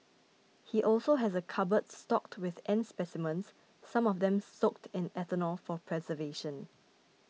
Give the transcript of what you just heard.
he also has a cupboard stocked with ant specimens some of them soaked in ethanol for preservation